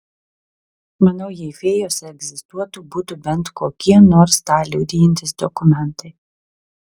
manau jei fėjos egzistuotų būtų bent kokie nors tą liudijantys dokumentai